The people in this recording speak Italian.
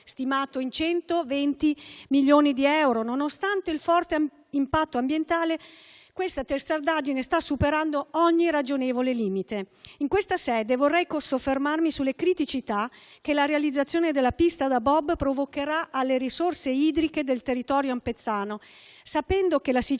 stimato in 120 milioni di euro; nonostante il forte impatto ambientale, sta superando ogni ragionevole limite. In questa sede vorrei soffermarmi sulle criticità che la realizzazione della pista da bob provocherà alle risorse idriche del territorio ampezzano, sapendo che la siccità